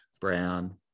Brown